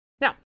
now